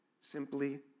Simply